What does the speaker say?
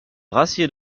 rassied